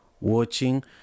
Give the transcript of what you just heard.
watching